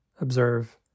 observe